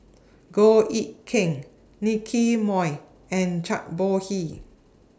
Goh Eck Kheng Nicky Moey and Zhang Bohe